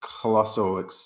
colossal